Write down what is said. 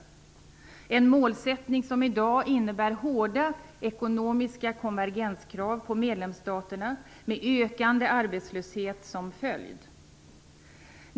Det är en målsättning som i dag innebär hårda ekonomiska konvergenskrav på medlemsstaterna, med ökande arbetslöshet som följd.